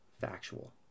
factual